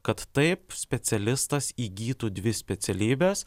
kad taip specialistas įgytų dvi specialybes